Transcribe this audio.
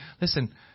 Listen